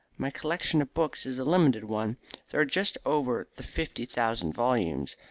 my collection of books is a limited one there are just over the fifty thousand volumes.